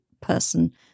person